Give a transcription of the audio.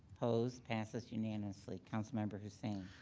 opposed? passes unanimously. councilmember hussain.